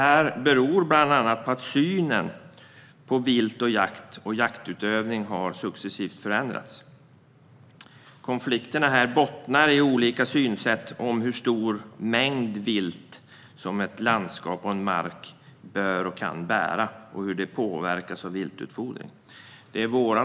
Det beror bland annat på att synen på vilt, jakt och jaktutövning har förändrats successivt. Konflikterna bottnar i olika synsätt på hur stor mängd vilt ett landskap och mark bör och kan bära och hur det påverkas av viltutfodring.